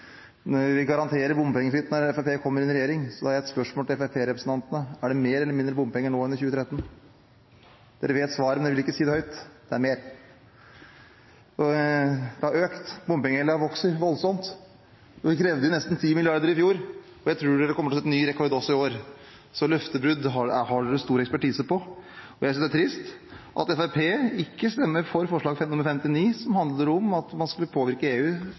vi garanterer bompengefritt når Fremskrittspartiet kommer i regjering. Da har jeg et spørsmål til fremskrittspartirepresentantene: Er det mer eller mindre bompenger nå enn i 2013? De vet svaret, men vil ikke si det høyt: Det er mer – det har økt. Bompengegjelden vokser voldsomt. Det ble krevd inn nesten 10 mrd. kr i fjor, og jeg tror det blir ny rekord også i år. Løftebrudd har de stor ekspertise på. Jeg synes det er trist at Fremskrittspartiet ikke stemmer for forslag nr. 59, som handler om at man skal påvirke EU